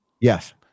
Yes